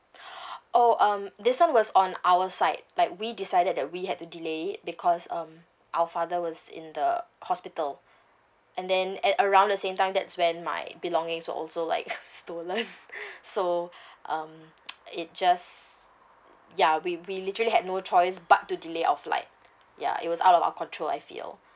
oh um this [one] was on our side like we decided that we had to delay it because um our father was in the hospital and then at around the same time that's when my belongings were also like stolen so um it just ya we we literally had no choice but to delay our flight ya it was out of our control I feel